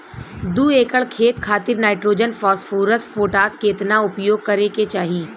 दू एकड़ खेत खातिर नाइट्रोजन फास्फोरस पोटाश केतना उपयोग करे के चाहीं?